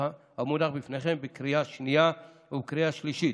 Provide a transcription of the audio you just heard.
המונח בפניכם בקריאה השנייה ובקריאה השלישית.